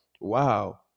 Wow